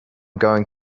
going